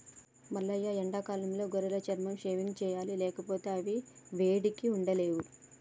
మల్లయ్య ఎండాకాలంలో గొర్రెల చర్మం షేవింగ్ సెయ్యాలి లేకపోతే అవి వేడికి ఉండలేవు